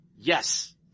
yes